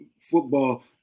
football